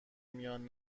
میان